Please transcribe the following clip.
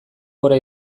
gora